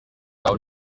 out